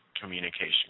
communication